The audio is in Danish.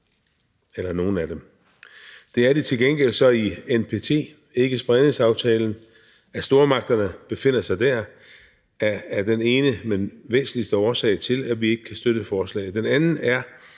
eller nogle af dem. Det er de til gengæld så i NPT-ikkespredningsaftalen. At stormagterne befinder sig der, er den ene, men væsentligste, årsag til, at vi ikke kan støtte forslaget. Den anden er,